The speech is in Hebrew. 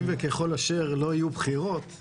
אם וכאשר לא יהיו בחירות בארבע השנים הקרובות.